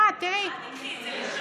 אוי, באמת, נו, באמת, אל תיקחי את זה לשם.